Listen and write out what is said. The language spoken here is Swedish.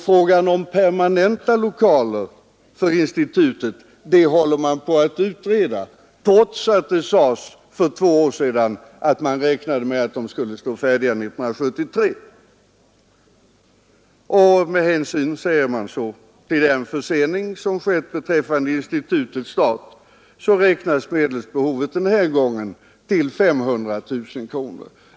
Frågan om permanenta lokaler för institutet håller på att utredas, trots att det för två år sedan sades att man räknade med att de skulle stå färdiga 1973. Med hänsyn till den försening som skett beträffande institutets start räknas medelsbehovet denna gång till 500 000 kronor.